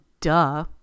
duh